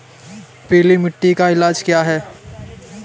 पीली मिट्टी का इलाज क्या है?